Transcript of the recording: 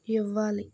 ఇవ్వాలి